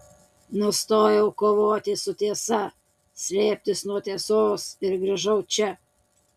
nustojau kovoti su tiesa slėptis nuo tiesos ir grįžau čia